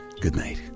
goodnight